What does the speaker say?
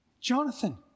Jonathan